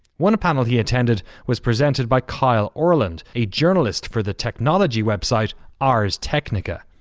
one panel he attended was presented by kyle orland, a journalist for the technology website ars technica.